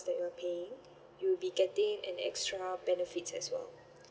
that you're paying you'll be getting an extra benefits as well